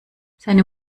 seine